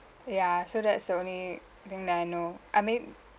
ya so that's the only thing that I know I mean